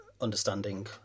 understanding